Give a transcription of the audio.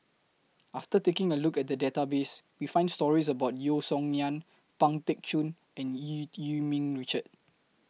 after taking A Look At The Database We found stories about Yeo Song Nian Pang Teck Joon and EU Yee Ming Richard